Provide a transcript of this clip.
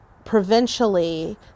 Provincially